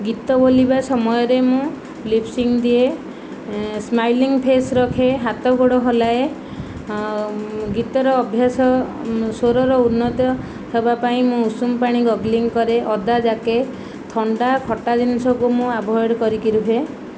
ଗୀତ ବୋଲିବା ସମୟରେ ମୁଁ ଲିପ୍ ସିଙ୍ଗ୍ ଦିଏ ସ୍ମାଇଲିଙ୍ଗ୍ ଫେସ୍ ରଖେ ହାତ ଗୋଡ଼ ହଲାଏ ଆଉ ଗୀତର ଅଭ୍ୟାସ ସ୍ୱରର ଉନ୍ନତ ହେବା ପାଇଁ ମୁଁ ଉଷୁମ ପାଣି ଗର୍ଗଲିଙ୍ଗ୍ କରେ ଅଦା ଯାକେ ଥଣ୍ଡା ଖଟା ଜିନିଷକୁ ମୁଁ ଆଭଏଡ୍ କରିକି ରୁହେ